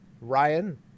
Ryan